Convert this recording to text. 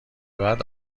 بعد